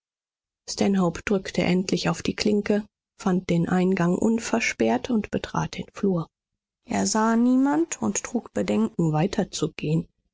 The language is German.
stanhope drückte endlich auf die klinke fand den eingang unversperrt und betrat den flur er sah niemand und trug bedenken weiterzugehen